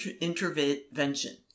Intervention